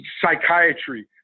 psychiatry